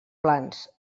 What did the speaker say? plans